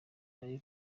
abo